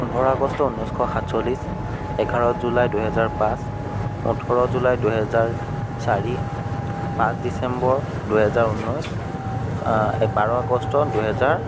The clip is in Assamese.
পোন্ধৰ আগষ্ট ঊনৈছশ সাতচল্লিছ এঘাৰ জুলাই দুহেজাৰ পাঁচ ওঠৰ জুলাই দুহেজাৰ চাৰি পাঁচ ডিচেম্বৰ দুহেজাৰ ঊনৈছ বাৰ আগষ্ট দুহেজাৰ